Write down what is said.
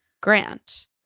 Grant